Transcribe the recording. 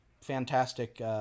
fantastic